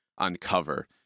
uncover